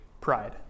pride